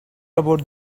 about